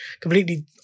completely